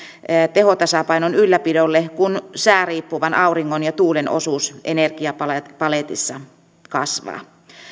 tehotasapainon ylläpidolle kun sääriippuvien auringon ja tuulen osuus energiapaletissa kasvaa